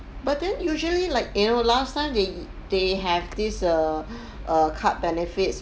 but then usually like you know last time they they have this err err card benefits